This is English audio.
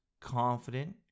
confident